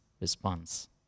response